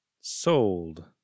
Sold